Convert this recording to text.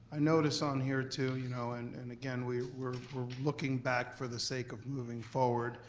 i notice on here too, you know and and again we were were looking back for the sake of moving forward,